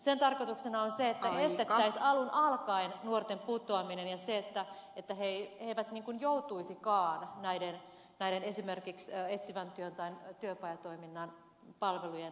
sen tarkoituksena on se että estettäisiin alun alkaen nuorten putoaminen ja se että he eivät joutuisikaan esimerkiksi etsivän työn tai työpajatoiminnan palvelujen tarpeeseen